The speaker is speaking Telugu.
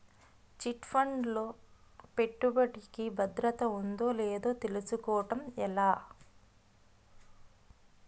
చిట్ ఫండ్ లో పెట్టుబడికి భద్రత ఉందో లేదో తెలుసుకోవటం ఎలా?